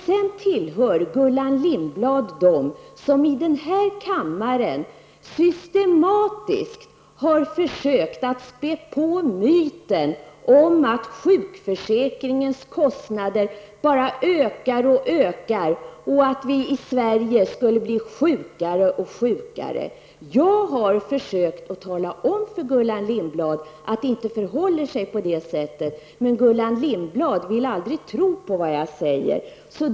Sedan tillhör Gullan Lindblad dem som i den här kammaren systematiskt har försökt spä på myten om att sjukförsäkringens kostnader bara ökar och ökar, och att vi i Sverige skulle bli sjukare och sjukare. Jag har försökt tala om för Gullan Lindblad att det inte förhåller sig på det sättet, men Gullan Lindblad vill aldrig tro på vad jag säger.